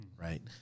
right